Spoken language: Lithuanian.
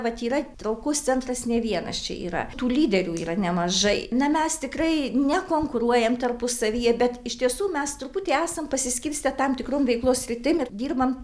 vat yra traukos centras ne vienas čia yra tų lyderių yra nemažai na mes tikrai nekonkuruojam tarpusavyje bet iš tiesų mes truputį esam pasiskirstę tam tikrom veiklos sritim ir dirbam